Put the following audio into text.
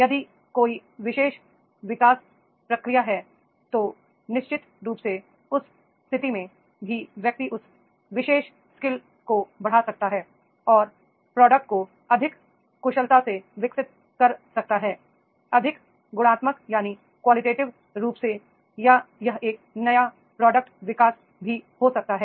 यदि कोई विशेष विकास प्रक्रिया है तो निश्चित रूप से उस स्थिति में भी व्यक्ति उस विशेष स्किल्स को बढ़ा सकता है और उत्पाद को अधिक कुशलता से विकसित कर सकता है अधिक गुणात्मक रूप से या यह एक नया उत्पाद विकास भी हो सकता है